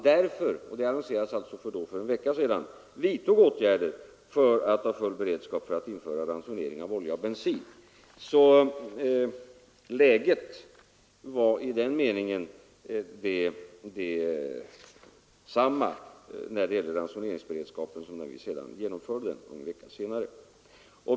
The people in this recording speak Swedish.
Därför vidtog vi åtgärder för uppnåeende av full beredskap för en ransonering av olja och bensin. Beredskapen var i det läget alltså densamma som den var när vi sedan genomförde den.